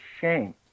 shame